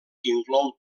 inclou